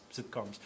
sitcoms